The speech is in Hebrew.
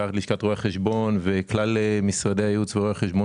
יחד עם לשכת רואי חשבון וכלל משרדי הייעוץ ורואי החשבון